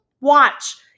watch